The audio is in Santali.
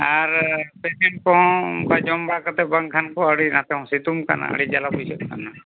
ᱟᱨ ᱯᱮᱥᱮᱱᱴ ᱠᱚᱦᱚᱸ ᱚᱱᱠᱟ ᱡᱚᱢ ᱵᱟᱲᱟ ᱠᱟᱛᱮᱫ ᱵᱟᱝᱠᱷᱟᱱ ᱠᱚ ᱟᱹᱰᱤ ᱱᱟᱛᱮ ᱦᱚᱸ ᱥᱤᱛᱩᱝ ᱠᱟᱱᱟ ᱟᱹᱰᱤ ᱡᱟᱞᱟ ᱵᱩᱡᱷᱟᱹᱜ ᱠᱟᱱᱟ